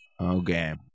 Okay